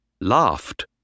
laughed